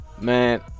Man